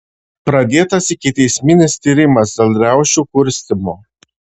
pradėtas ikiteisminis tyrimas dėl riaušių kurstymo